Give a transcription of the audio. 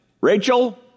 Rachel